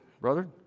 brother